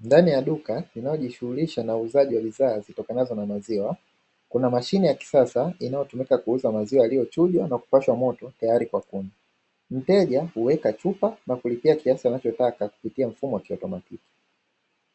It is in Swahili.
Ndani ya duka linalojishughulisha na uuzaji wa bidhaa zitokanazo na maziwa, kuna mashine ya kisasa inayotumika kuuza maziwa yaliyochujwa na kupashwa moto tayari kwa kunywa; mteja huweka chupa na kulipia kiasi anachotaka kupitia mfumo wa kiautomatiki,